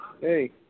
Hey